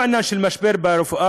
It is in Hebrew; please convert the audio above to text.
לא עניין של משבר ברפואה,